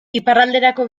iparralderako